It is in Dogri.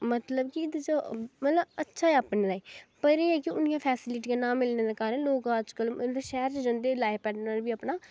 मतलब कि एह्दे च मतलब अच्छा ऐ अपने ताहीं पर एह् ऐ कि उ'न्नियां फैसिलिटियां ना मिलने दे कारण लोक अज्ज कल मतलब शैह्र च जंदे लाइफ पार्टनर बी अपना